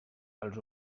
els